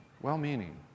well-meaning